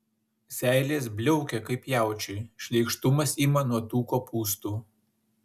seilės bliaukia kaip jaučiui šleikštumas ima nuo tų kopūstų